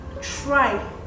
try